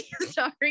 Sorry